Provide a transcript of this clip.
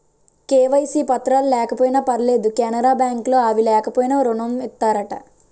KYC పత్రాలు లేకపోయినా పర్లేదు కెనరా బ్యాంక్ లో అవి లేకపోయినా ఋణం ఇత్తారట